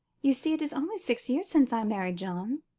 you see it is only six years since i married john.